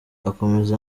akomeza